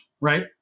right